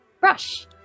brush